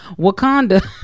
Wakanda